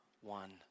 one